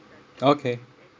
okay